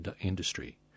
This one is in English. industry